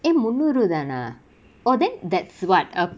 eh முன்னூறு தானா:munnooru thanaa oh then that's what up